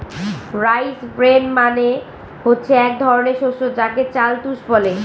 rice bran মানে হচ্ছে এক ধরনের শস্য যাকে চাল তুষ বলে